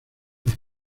los